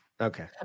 okay